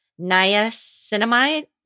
Niacinamide